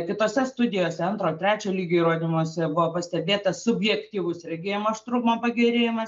kitose studijose antro trečio lygio įrodymuose buvo pastebėta subjektyvus regėjimo aštrumo pagerėjimas